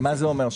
מה זה אומר?